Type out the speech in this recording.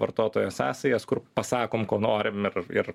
vartotojo sąsajas kur pasakom ko norim ir ir